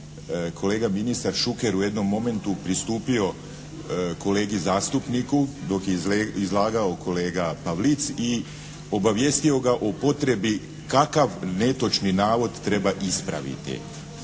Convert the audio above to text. kolega ministar Šuker u jednom momentu pristupio kolegi zastupniku dok je izlagao kolega Pavlic i obavijestio ga o potrebi kakav netočni navod treba ispraviti.